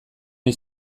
ohi